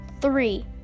three